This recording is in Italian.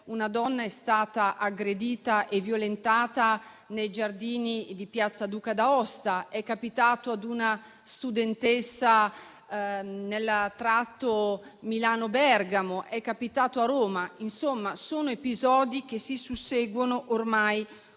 una donna è stata aggredita e violentata nei giardini di piazza Duca d'Aosta, ma è capitato ad una studentessa nel tratto Milano-Bergamo ed è capitato a Roma. Insomma, sono episodi che si susseguono ormai con